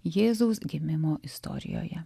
jėzaus gimimo istorijoje